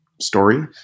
story